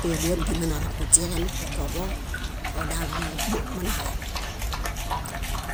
Téyadilaḃudi minareŋ kuźieġen, kokoḃo oodal ómumu, monareŋ.